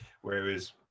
Whereas